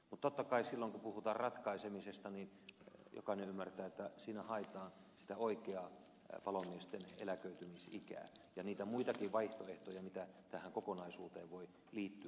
mutta totta kai silloin kun puhutaan ratkaisemisesta jokainen ymmärtää että siinä haetaan sitä oikeaa palomiesten eläköitymisikää ja niitä muitakin vaihtoehtoja mitä tähän kokonaisuuteen voi liittyä